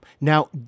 Now